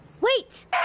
Wait